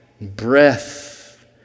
breath